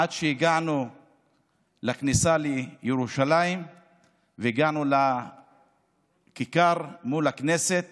עד שהגענו לכניסה לירושלים והגענו לכיכר מול הכנסת